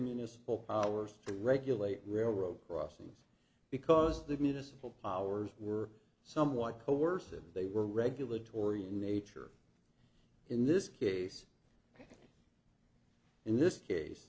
municipal powers to regulate railroad crossings because the municipal powers were somewhat coercive they were regulatory in nature in this case in this case